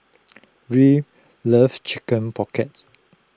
Ruth love Chicken Pocket